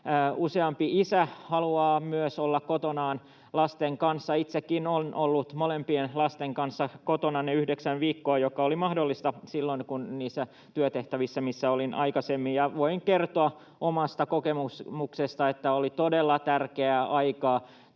useampi isä haluaa myös olla kotona lastensa kanssa. Itsekin olen ollut molempien lasten kanssa kotona ne yhdeksän viikkoa, jotka olivat mahdollisia silloin niissä työtehtävissä, missä olin aikaisemmin, ja voin kertoa omasta kokemuksestani, että se oli todella tärkeää aikaa lasten